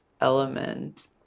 element